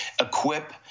equip